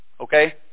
Okay